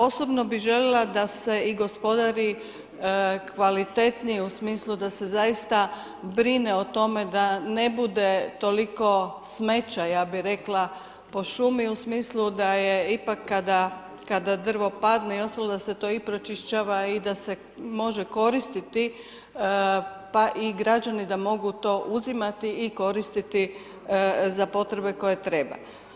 Osobno bi željela da se i gospodari kvalitetnije u smislu da se zaista brine o tome da ne bude toliko smeća ja bi rekla po šumi, u smislu da je ipak kada drvo padne i ostalo, da se i pročišćava i da se može koristiti pa i građani da mogu to uzimati i koristiti za potrebe koje treba.